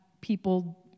people